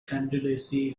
candidacy